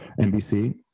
NBC